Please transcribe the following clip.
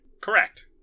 Correct